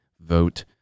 vote